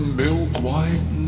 milk-white